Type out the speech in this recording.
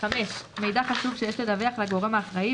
מידע חשוב שיש לדווח לגורם האחראי,